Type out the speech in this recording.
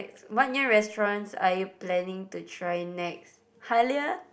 what new restaurants are you planning to try next Halia